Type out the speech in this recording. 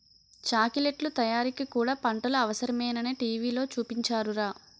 చాకిలెట్లు తయారీకి కూడా పంటలు అవసరమేనని టీ.వి లో చూపించారురా